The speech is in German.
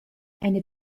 eine